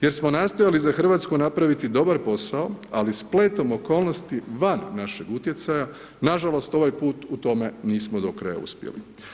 Jer smo nastojali za Hrvatsku nastojali napraviti dobar posao, ali spletom okolnosti van naše utjecaja, nažalost ovaj put u tome nismo do kraja uspjeli.